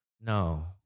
no